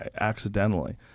accidentally